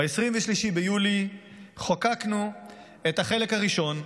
ב-23 ביולי חוקקנו את החלק ראשון,